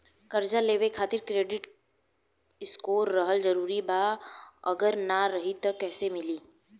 कर्जा लेवे खातिर क्रेडिट स्कोर रहल जरूरी बा अगर ना रही त कैसे मिली?